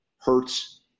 hurts